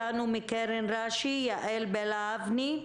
יעל בלה אבני,